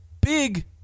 big